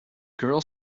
girl